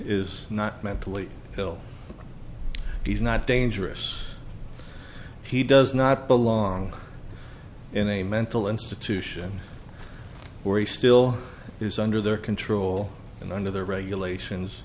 is not mentally ill he's not dangerous he does not belong in a mental institution where he still is under their control and under the regulations